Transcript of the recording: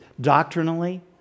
doctrinally